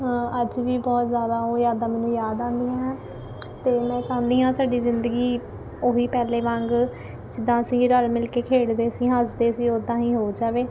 ਅੱਜ ਵੀ ਬਹੁਤ ਜ਼ਿਆਦਾ ਉਹ ਯਾਦਾਂ ਮੈਨੂੰ ਯਾਦ ਆਉਂਦੀਆਂ ਅਤੇ ਮੈਂ ਚਾਹੁੰਦੀ ਹਾਂ ਸਾਡੀ ਜ਼ਿੰਦਗੀ ਉਹੀ ਪਹਿਲੇ ਵਾਂਗ ਜਿੱਦਾਂ ਅਸੀਂ ਰਲ਼ ਮਿਲ ਕੇ ਖੇਡਦੇ ਸੀ ਹੱਸਦੇ ਸੀ ਉੱਦਾਂ ਹੀ ਹੋ ਜਾਵੇ